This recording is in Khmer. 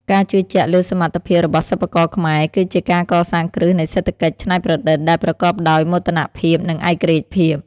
ការជឿជាក់លើសមត្ថភាពរបស់សិប្បករខ្មែរ គឺជាការកសាងគ្រឹះនៃសេដ្ឋកិច្ចច្នៃប្រឌិតដែលប្រកបដោយមោទនភាព និងឯករាជ្យភាព។